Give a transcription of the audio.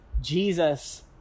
Jesus